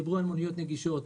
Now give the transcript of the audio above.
דיברו על מוניות נגישות.